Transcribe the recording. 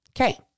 Okay